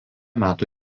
metų